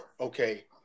okay